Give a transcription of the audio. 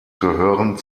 gehören